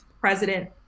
president